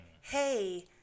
hey